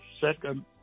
second